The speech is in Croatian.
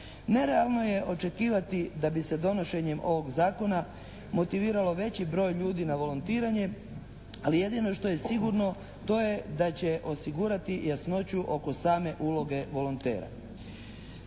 Nerealno je očekivati da bi se donošenjem ovog zakona motiviralo veći broj ljudi na volontiranje, ali jedino što je sigurno to je da će osigurati jasnoću oko same uloge volontera.